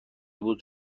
بود